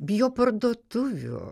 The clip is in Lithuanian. bijo parduotuvių